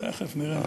תכף נראה.